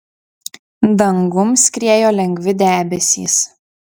dangum skriejo lengvi debesys